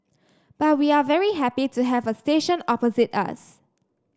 but we are very happy to have a station opposite us